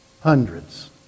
Hundreds